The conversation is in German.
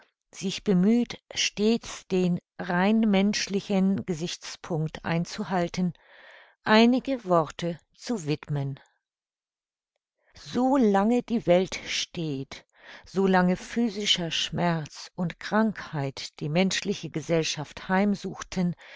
sich bemüht stets den rein menschlichen gesichtspunkt einzuhalten einige worte zu widmen so lange die welt steht so lange physischer schmerz und krankheit die menschliche gesellschaft heimsuchten